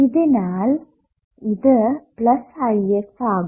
ഇതിനാൽ ഇത് plus Ix ആകും